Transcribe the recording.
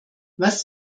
was